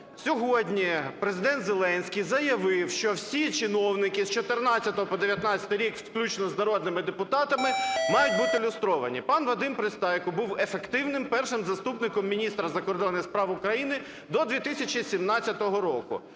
сьогодні Президент Зеленський заявив, що всі чиновники з 14-го по 19-й рік, включно з народними депутатами, мають бути люстровані. Пан Вадим Пристайко був ефективним першим заступником міністра закордонних справ України до 2017 року.